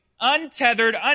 untethered